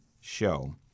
Show